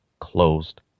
closed